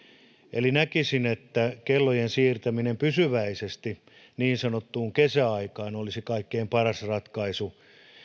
eli näkisin että kellon siirtäminen pysyväisesti niin sanottuun kesäaikaan olisi kaikkein paras ratkaisu